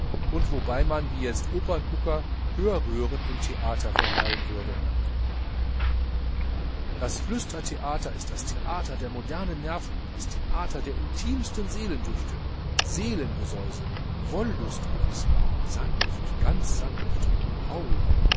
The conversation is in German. und wobei man wie jetzt operngucker hörröhren im theater verleihen würde das flüstertheater ist das theater der modernen nerven das theater der intimsten seelendüfte seelengesäusel wollustgewisper sanft ganz sanft hauch